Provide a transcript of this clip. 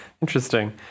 Interesting